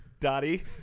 Dottie